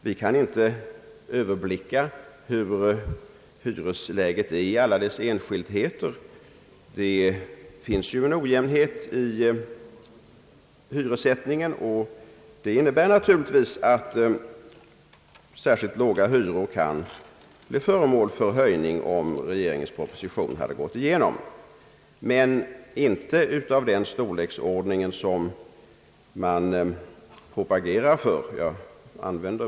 Vi kan inte överblicka hyresläget i alla dess enskildheter. Det finns ju en ojämnhet i hyressättningen, vilket naturligtvis innebär att särskilt låga hyror hade kunnat bli föremål för höjning om rege ringens proposition hade gått igenom, dock inte av den storlek som man propagerar för i mittenpartimotionerna.